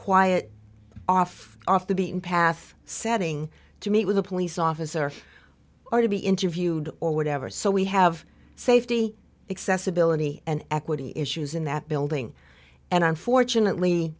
quiet off off the beaten path setting to meet with a police officer or to be interviewed or whatever so we have safety accessibility and equity issues in that building and unfortunately